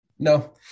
No